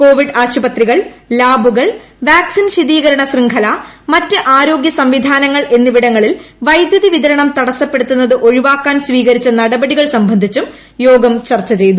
Covid ആശുപത്രികൾ ലാബുകൾ vaccine ശീതികരണ ശൃംഖല മറ്റ് ആരോഗൃ സംവിധാനങ്ങൾ എന്നിവിടങ്ങളിൽ വൈദ്യുതിവിതരണം തടസ്സപ്പെടുന്നത് ഒഴിവാക്കാൻ സ്വീകരിച്ച നടപടികൾ സംബന്ധിച്ചും യോഗം ചർച്ച ചെയ്തു